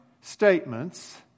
statements